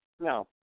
No